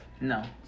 No